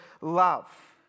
love